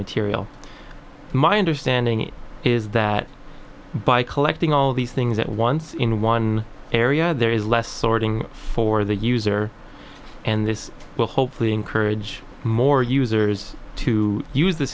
material my understanding is that by collecting all these things at once in one area there is less sorting for the user and this will hopefully encourage more users to use the